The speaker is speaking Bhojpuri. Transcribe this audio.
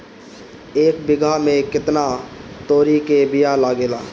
एक बिगहा में केतना तोरी के बिया लागेला?